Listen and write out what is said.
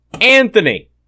Anthony